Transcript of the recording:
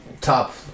top